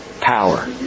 power